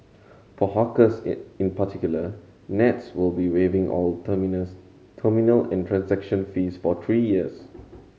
for hawkers in particular Nets will be waiving all terminals terminal and transaction fees for three years